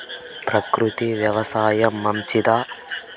ప్రకృతి వ్యవసాయం మంచిదా?